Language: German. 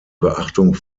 beachtung